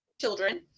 children